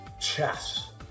Chess